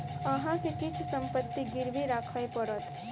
अहाँ के किछ संपत्ति गिरवी राखय पड़त